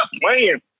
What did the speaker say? playing